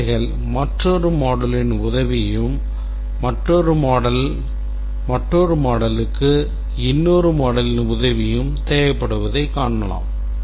தேவைகள் மற்றொரு moduleயின் உதவியையும் மற்றொரு moduleக்கு இன்னொரு moduleயின் உதவியும் தேவைப்படுவதைக் காண்போம்